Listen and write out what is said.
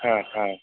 ह ह